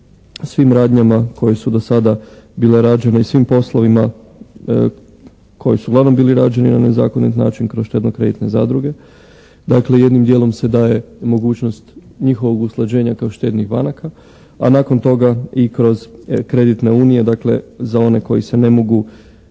svim radnjama koje su do sada bile rađene i svim poslovima koji su uglavnom bili rađeni na nezakonit način kroz štedno-kreditne zadruge. Dakle jednim dijelom se daje mogućnost njihovog usklađenja kao štednih banaka a nakon toga i kroz kreditne unije, dakle za one koji se ne mogu